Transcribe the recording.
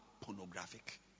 pornographic